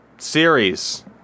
Series